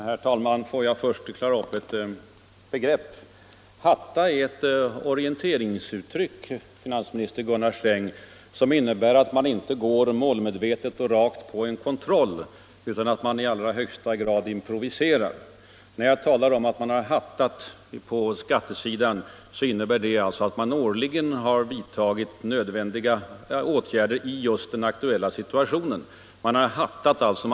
Herr talman! Får jag först klara ut ett begrepp. ”Hatta” är ett orienteringsuttryck, finansminister Gunnar Sträng, som innebär att man inte går målmedvetet och rakt på en kontroll utan att man improviserar sitt vägval. När jag talade om att man hattat på skattesidan, menade jag alltså att att man årligen vidtog de åtgärder man just då ansåg påkallade utan inbördes sammanhang. Man har alltså hattat.